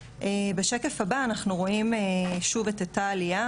בשקף הבא אנחנו רואים שוב את אותה עלייה,